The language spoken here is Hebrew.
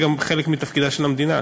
זה גם חלק מתפקידה של המדינה,